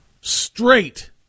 straight